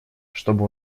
чтобы